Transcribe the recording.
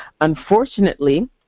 Unfortunately